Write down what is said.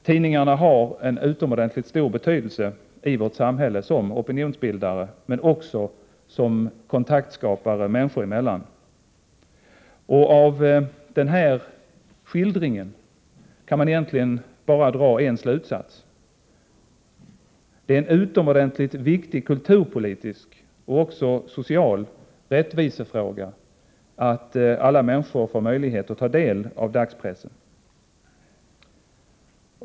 Tidningarna har en utomordentligt stor betydelse i vårt samhälle såsom opinionsbildare men också som kontaktskapare människor emellan. Av denna skildring kan man egentligen bara dra en slutsats: det är en utomordentligt viktig kulturpolitisk och även social rättvisefråga att alla människor får möjlighet att ta del av dagspressen.